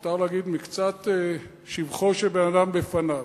מותר להגיד מקצת שבחו של בן-אדם בפניו.